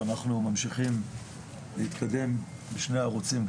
ואנחנו ממשיכים להתקדם בשני הערוצים.